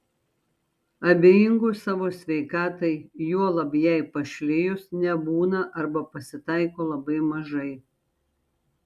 abejingų savo sveikatai juolab jai pašlijus nebūna arba pasitaiko labai mažai